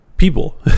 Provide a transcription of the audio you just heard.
People